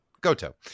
Goto